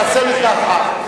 תעשה ככה,